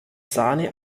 sahne